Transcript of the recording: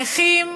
נכים,